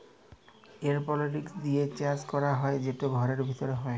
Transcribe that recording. এরওপলিক্স দিঁয়ে চাষ ক্যরা হ্যয় সেট ঘরের ভিতরে হ্যয়